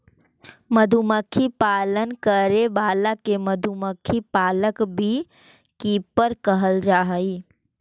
मधुमक्खी पालन करे वाला के मधुमक्खी पालक बी कीपर कहल जा हइ